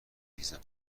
ریزم